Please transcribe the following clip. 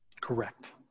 Correct